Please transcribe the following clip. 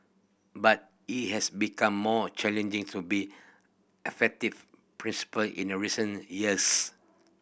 but it has become more challenging to be effective principal in a recent years